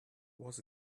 was